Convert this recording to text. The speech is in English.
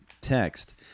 text